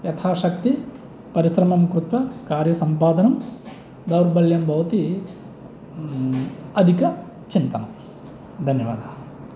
यथाशक्तिः परिश्रमं कृत्वा कार्यसम्पादनं दौर्बल्यं भवति अधिकचिन्तनं धन्यवादाः